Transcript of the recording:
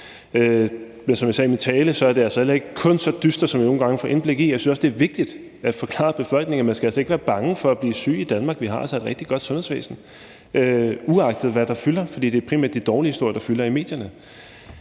Men som jeg sagde i min tale, er det altså heller ikke kun så dystert, som man nogle gange får indtryk af. Jeg synes også, det er vigtigt at forklare befolkningen, at man altså ikke skal være bange for at blive syg i Danmark. Vi har altså et rigtig godt sundhedsvæsen, uagtet hvad der fylder, for det er primært de dårlige historier, der fylder i medierne.